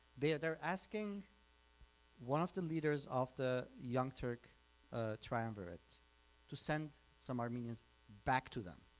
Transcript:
they're they're asking one of the leaders of the young turk triumvirate to send some armenians back to them,